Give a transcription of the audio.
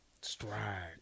stride